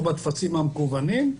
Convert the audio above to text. או בטפסים המקוונים,